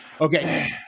Okay